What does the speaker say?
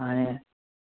आणि हं